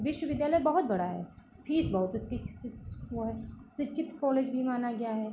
विश्वविद्यालय बहुत बड़ा है फ़ीस बहुत उसकी वह है शिक्षित कॉलेज भी माना गया है